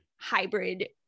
hybrid